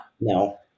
no